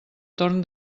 torn